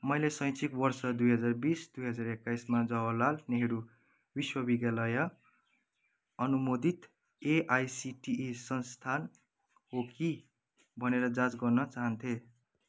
मैले शैक्षिक वर्ष दुई हजार बिस दुई हजार एक्काइसमा जवहारलाल नेहरू विश्वविद्यालय अनुमोदित एआइसिटिई संस्थान हो कि भनेर जाँच गर्न चाहन्थेँ